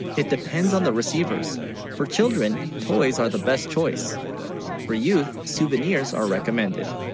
it depends on the receivers for children toys are the best choice for youth souvenirs are recommended